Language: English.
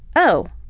oh,